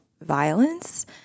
violence